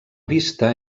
vista